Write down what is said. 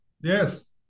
Yes